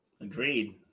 Agreed